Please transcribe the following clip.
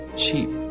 cheap